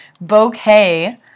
bouquet